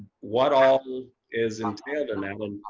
what all is in tandem.